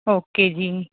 okay ਜੀ